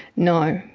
no,